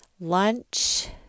lunch